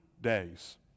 days